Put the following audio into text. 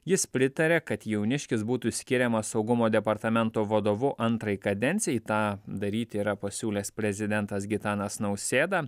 jis pritaria kad jauniškis būtų skiriamas saugumo departamento vadovu antrai kadencijai tą daryti yra pasiūlęs prezidentas gitanas nausėda